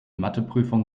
matheprüfung